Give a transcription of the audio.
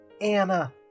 Anna